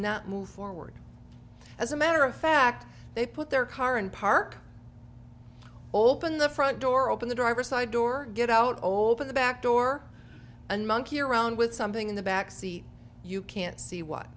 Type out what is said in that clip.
not move forward as a matter of fact they put their car in park open the front door open the driver's side door get out over the back door and monkey around with something in the backseat you can't see what